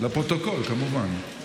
לפרוטוקול, כמובן.